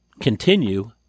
continue